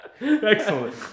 Excellent